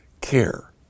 care